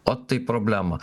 ot tai problema